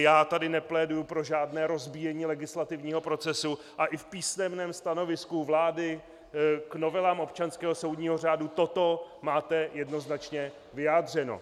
Já tady nepléduji pro žádné rozbíjení legislativního procesu a i v písemném stanovisku vlády k novelám občanského soudního řádu toto máte jednoznačně vyjádřeno.